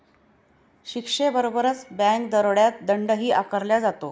शिक्षेबरोबरच बँक दरोड्यात दंडही आकारला जातो